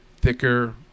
thicker